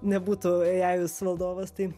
nebūtų eiajus valdovas tai